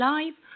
Live